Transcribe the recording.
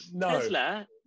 Tesla